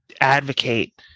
advocate